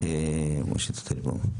משה טייטלבאום.